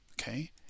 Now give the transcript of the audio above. Okay